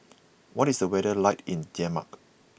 what is the weather like in Denmark